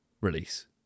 release